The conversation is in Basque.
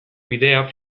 bidea